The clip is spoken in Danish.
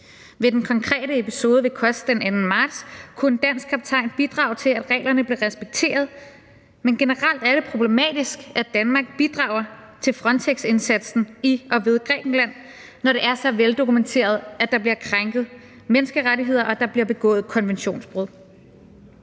Ved den konkrete episode ved Kos den 2. marts kunne en dansk kaptajn bidrage til, at reglerne blev respekteret, men generelt er det problematisk, at Danmark bidrager til Frontexindsatsen i og ved Grækenland, når det er så veldokumenteret, at der bliver krænket menneskerettigheder og der bliver begået konventionsbrud.